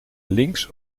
links